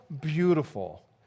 beautiful